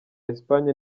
espagne